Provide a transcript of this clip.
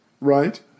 Right